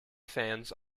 fans